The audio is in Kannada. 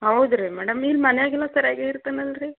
ಹೌದು ರೀ ಮೇಡಮ್ ಇಲ್ಲಿ ಮನೆಯಾಗೆಲ್ಲ ಸರ್ಯಾಗಿ ಇರ್ತಾನಲ್ಲ ರೀ